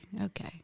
okay